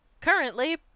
currently